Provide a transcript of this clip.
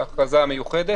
ההכרזה המיוחדת,